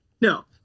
No